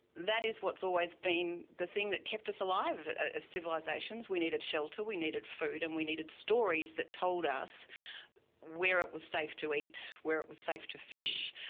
that is what has so always been the thing that kept us alive ah as civilisations we needed shelter, we needed food and we needed stories that told us where it was safe to eat, where it was safe to fish,